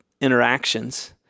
interactions